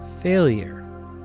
Failure